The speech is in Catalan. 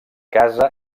casa